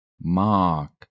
Mark